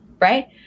Right